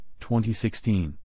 2016